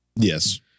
Yes